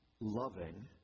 loving